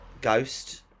ghost